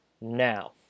now